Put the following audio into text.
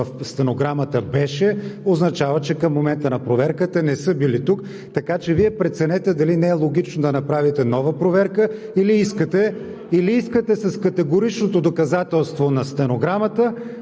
в стенограмата пише: „беше“, означава, че към момента на проверката не са били тук. Така че Вие преценете дали не е логично да направите нова проверка, или искате с категоричното доказателство на стенограмата,